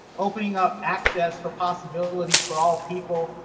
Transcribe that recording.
opening up access for possibilities for all people,